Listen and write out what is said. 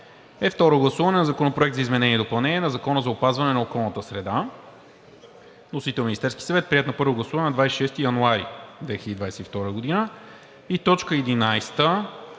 Второ гласуване на Законопроекта за изменение и допълнение на Закона за опазване на околната среда. Вносител е Министерският съвет. Приет на първо гласуване на 26 януари 2022 г. – точка първа